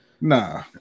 Nah